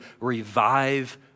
revive